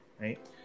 right